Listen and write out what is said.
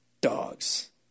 dogs